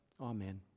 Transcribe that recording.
Amen